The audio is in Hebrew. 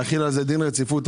להחיל על זה דין רציפות.